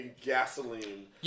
Gasoline